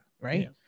Right